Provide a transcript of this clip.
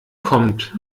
kommt